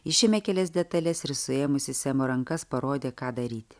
išėmė kelias detales ir suėmusi semo rankas parodė ką daryti